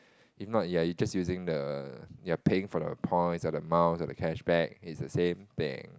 if not you're you just using the you are paying for the points or the mouse or the cashback is the same thing